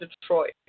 Detroit